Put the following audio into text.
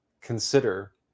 consider